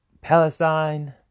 Palestine